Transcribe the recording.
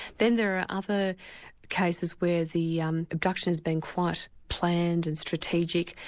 then there are other cases where the um abduction's been quite planned and strategic,